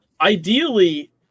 ideally